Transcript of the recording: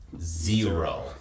Zero